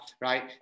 right